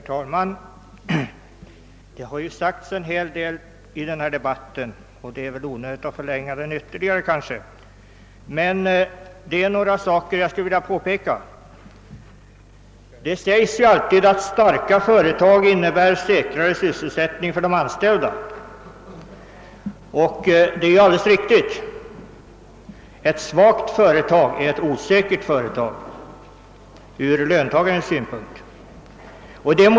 Herr talman! Det har ju sagts en hel del i denna debatt, och det är kanske onödigt att förlänga den ytterligare, men det är några saker jag skulle vilja påpeka. Det sägs alltid att starka företag innebär säkrare sysselsättning för de anställda. Det är alldeles riktigt. Ett svagt företag är ett osäkert företag ur löntagarens synpunkt.